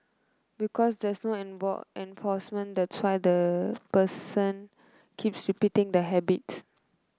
because there's no enforcement that's why the person keeps repeating the habits